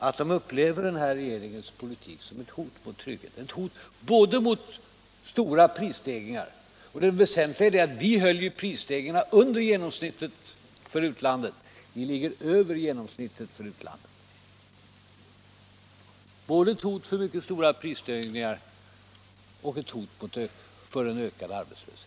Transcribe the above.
Människorna upplever regeringens politik som ett hot mot tryggheten. De känner hotet både av stora prisstegringar och av en ökad arbetslöshet. Vad gäller prisstegringarna är det väsentligt att framhålla att vi i vårt förslag höjer prisstegringarna till en nivå som ligger under genomsnittet för utlandet, medan ni ligger över det genomsnittet.